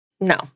No